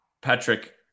Patrick